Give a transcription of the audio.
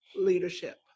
leadership